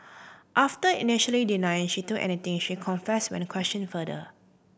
after initially denying she took anything she confessed when the questioned further